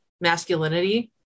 masculinity